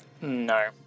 No